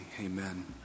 Amen